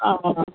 आं हां हां